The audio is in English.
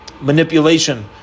manipulation